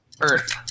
Earth